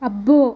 అబ్బో